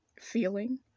feeling